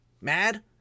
mad